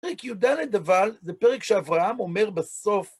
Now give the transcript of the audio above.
פרק י"ד אבל, זה פרק שאברהם אומר בסוף